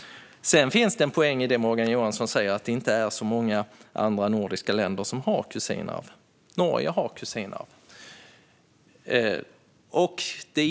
Sedan finns det en poäng i det som Morgan Johansson säger om att de flesta andra nordiska länderna inte har kusinarv. Norge har kusinarv.